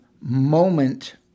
moment